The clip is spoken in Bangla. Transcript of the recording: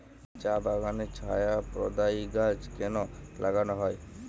চা বাগানে ছায়া প্রদায়ী গাছ কেন লাগানো হয়?